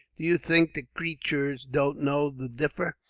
do you think the creeturs don't know the differ?